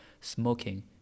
smoking